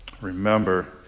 remember